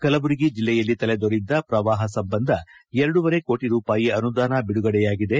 ಕಲಬುರಗಿ ಜಿಲ್ಲೆಯಲ್ಲಿ ತಲೆದೋರಿದ್ದ ಪ್ರವಾಪ ಸಂಬಂಧ ಎರಡೂವರೆ ಕೋಟಿ ರೂಪಾಯಿ ಅನುದಾನ ಬಿಡುಗಡೆಯಾಗಿದೆ